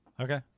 Okay